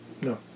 No